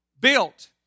built